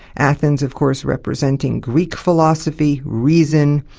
athens, of course, representing greek philosophy, reason,